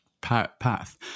path